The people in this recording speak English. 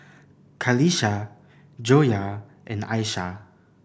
Qalisha Joyah and Aishah